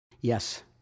Yes